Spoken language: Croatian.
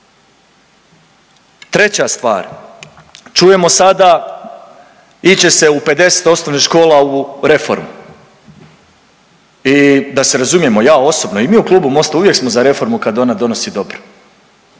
Treća stvar, čujemo sada ići će se u 50 osnovnih škola u reformu i da se razumijemo i ja osobno i mi u Klubu MOST-a uvijek smo za reformu kad ona donosi dobro